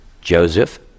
Joseph